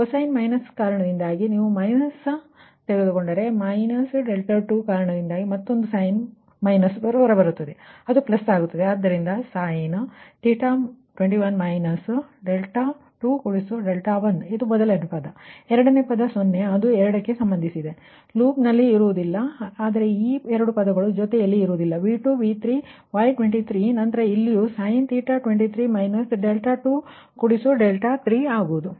cosine minus ಕಾರಣದಿಂದಾಗಿ ನೀವು minus ತೆಗೆದುಕೊಂಡರೆ ಮತ್ತು ಮೈನಸ್ 2 ರ ಕಾರಣದಿಂದಾಗಿ ಮತ್ತೊಂದು ಮೈನಸ್ ಹೊರಬರುತ್ತದೆ ಅದು ಪ್ಲಸ್ ಆಗುತ್ತದೆ ಆದ್ದರಿಂದ 21 21 ಇದು ಮೊದಲ ಪದ ಎರಡನೇ ಪದ 0 ಅದು 2 ಕ್ಕೆ ಸಂಬಂಧಿಸಿದಂತೆ ಲೂಪ್ನಲ್ಲಿ ಇಲ್ಲ ಆದರೆ ಈ 2 ಪದಗಳು ಜೊತೆಗೆ ಇರುವುದಿಲ್ಲ V2 V3 ಮತ್ತು Y23 ನಂತರ ಇಲ್ಲಿಯೂ sin 23 23 ಆಗುವುದು